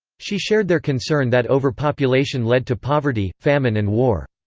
she shared their concern that over-population led to poverty, famine and war.